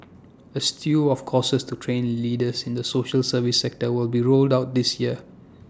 A slew of courses to train leaders in the social service sector will be rolled out this year